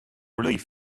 relieved